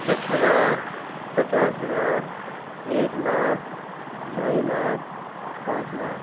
دس ہزار پچاس ہزار ایک لاکھ ڈھائی لاکھ پانچ لاکھ